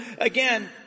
again